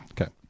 Okay